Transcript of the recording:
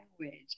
language